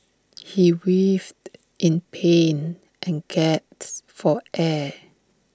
he writhed in pain and gasped for air